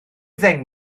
ddeng